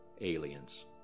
aliens